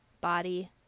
body